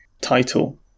title